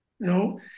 No